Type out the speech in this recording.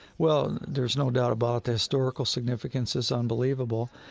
well, there's no doubt about the historical significance. it's unbelievable.